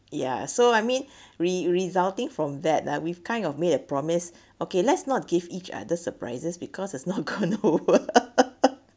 ya so I mean re~ resulting from that we've kind of made a promise okay let's not give each other surprises because there's no control